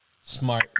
smart